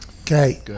Okay